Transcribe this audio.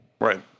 Right